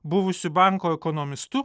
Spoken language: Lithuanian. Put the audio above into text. buvusiu banko ekonomistu